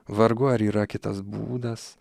vargu ar yra kitas būdas